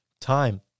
time